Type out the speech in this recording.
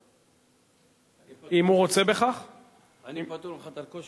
היא להכנה לקריאה